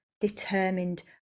determined